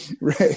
Right